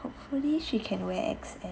hopefully she can wear X_S